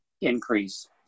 increase